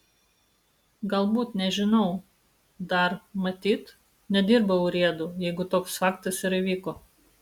galbūt nežinau dar matyt nedirbau urėdu jeigu toks faktas ir įvyko